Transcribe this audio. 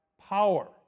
power